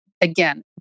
again